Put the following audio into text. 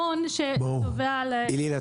אילאיל,